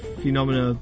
phenomena